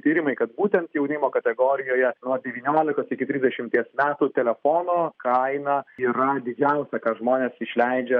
tyrimai kad būtent jaunimo kategorijoje nuo devyniolikos iki trisdešimties metų telefono kaina yra didžiausia ką žmonės išleidžia